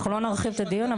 אנחנו לא נרחיב את הדיון,